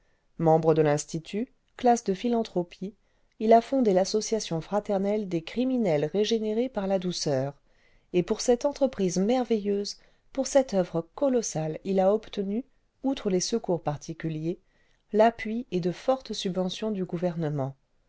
membre de l'institut classe de philanthropie il a fondé l'association fraternelle des criminels régénérés par la douceur et pour cette entreprise merveilleuse pour cette oeuvre colossale il a obtenu outre les secours particuliers l'appui et de fortes subventions du gouvernement